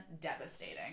devastating